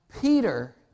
Peter